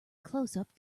closeup